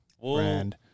brand